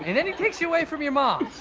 and then he takes you away from your mom.